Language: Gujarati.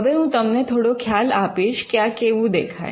હવે હું તમને થોડો ખ્યાલ આપીશ કે આ કેવું દેખાય